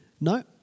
no